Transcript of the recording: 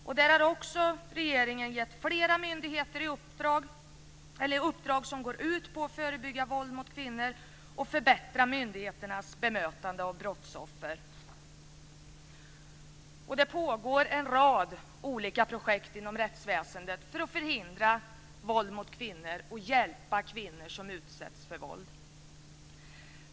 Också där har regeringen gett flera myndigheter uppdrag som går ut på att förebygga våld mot kvinnor och på att förbättra myndigheternas bemötande av brottsoffer. En rad olika projekt pågår inom rättsväsendet för att förhindra våld mot kvinnor och för att hjälpa kvinnor som utsätts för våld.